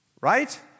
Right